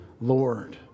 Lord